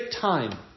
time